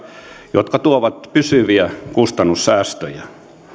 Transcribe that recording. jotka tuovat pysyviä kustannussäästöjä